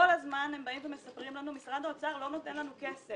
כל הזמן הם באים ומספרים לנו: משרד האוצר לא נותן לנו כסף.